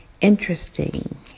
interesting